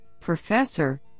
professor